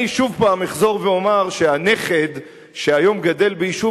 אני שוב פעם אחזור ואומר שהנכד שהיום גדל ביישוב